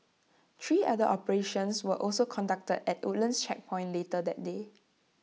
three other operations were also conducted at the Woodlands checkpoint later that day